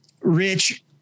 Rich